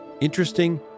interesting